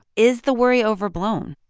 is the worry overblown?